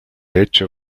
hecho